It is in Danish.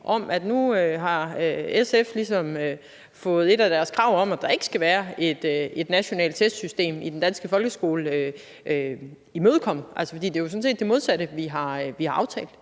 om, at nu har SF ligesom fået et af deres krav om, at der ikke skal være et nationalt testsystem i den danske folkeskole, imødekommet. Altså, fordi det er jo sådan set det modsatte, vi har aftalt.